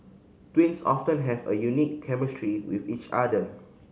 twins often have a unique chemistry with each other